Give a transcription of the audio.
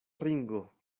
ringo